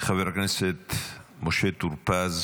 חבר הכנסת משה טור פז